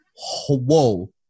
whoa